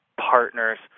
partners